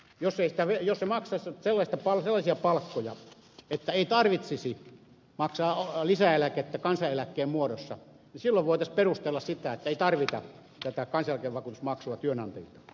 jos he maksaisivat sellaisia palkkoja että ei tarvitsisi maksaa lisäeläkettä kansaneläkkeen muodossa niin silloin voitaisiin perustella sitä että ei tarvita tätä kansaneläkevakuutusmaksua työnantajilta